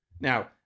Now